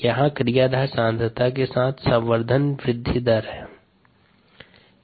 यहाँ क्रियाधार सांद्रता के साथ संवर्धन वृद्धि दर है